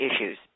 Issues